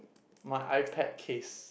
my iPad case